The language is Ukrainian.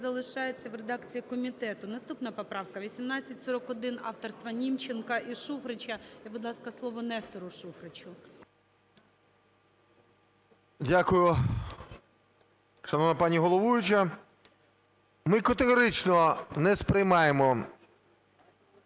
залишається в редакції комітету. Наступна поправка 1841 авторства Німченка і Шуфрича. Будь ласка, слово Нестору Шуфричу. 10:47:54 ШУФРИЧ Н.І. Дякую, шановна пані головуюча. Ми категорично не сприймаємо